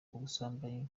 ubusambanyi